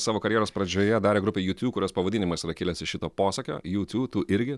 savo karjeros pradžioje darė grupė jutiu kurios pavadinimas yra kilęs iš šito posakio jutiu tu irgi